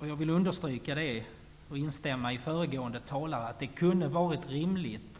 Jag vill instämma i vad föregående talare har sagt och understryka att det kunde ha varit rimligt